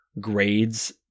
grades